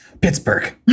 Pittsburgh